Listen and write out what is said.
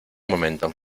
momento